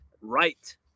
right